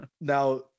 now